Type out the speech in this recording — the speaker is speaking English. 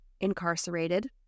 incarcerated